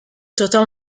total